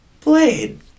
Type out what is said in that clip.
Blade